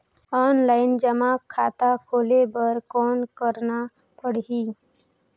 Offline जमा खाता खोले बर कौन करना पड़ही?